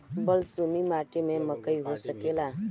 बलसूमी माटी में मकई हो सकेला?